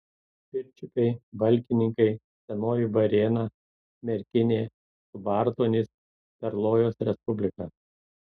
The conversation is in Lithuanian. pirčiupiai valkininkai senoji varėna merkinė subartonys perlojos respublika